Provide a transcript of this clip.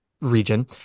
region